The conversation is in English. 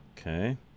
Okay